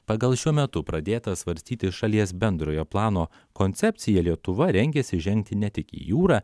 pagal šiuo metu pradėtą svarstyti šalies bendrojo plano koncepciją lietuva rengiasi žengti ne tik į jūrą